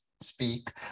speak